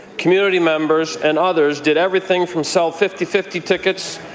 community members, and others did everything from sell fifty fifty tickets,